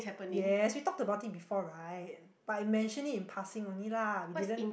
yes we talked about it before right but it mention it in passing only lah we didn't